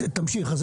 תמשיך.